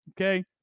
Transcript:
Okay